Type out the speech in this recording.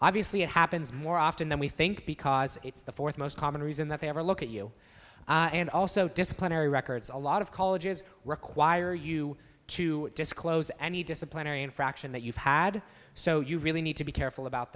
obviously it happens more often than we think because it's the fourth most common reason that they ever look at you and also disciplinary records a lot of colleges require you to disclose any disciplinary infraction that you've had so you really need to be careful about